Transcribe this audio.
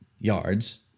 yards